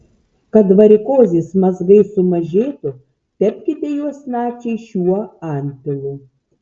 kad varikozės mazgai sumažėtų tepkite juos nakčiai šiuo antpilu